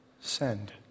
send